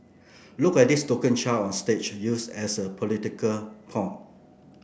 look at this token child on stage used as a political pawn